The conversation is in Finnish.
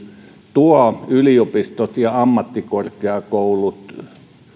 tuo yliopistot ja ammattikorkeakoulut